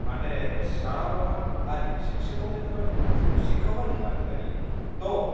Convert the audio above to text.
માટે શાળાઓમાં આ રીતે શિક્ષકોને તમારે આપણે જો શીખવવાની વાત કરીએ તો